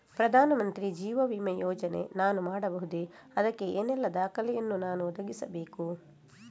ಪ್ರಧಾನ ಮಂತ್ರಿ ಜೀವ ವಿಮೆ ಯೋಜನೆ ನಾನು ಮಾಡಬಹುದೇ, ಅದಕ್ಕೆ ಏನೆಲ್ಲ ದಾಖಲೆ ಯನ್ನು ನಾನು ಒದಗಿಸಬೇಕು?